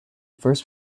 first